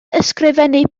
ysgrifennu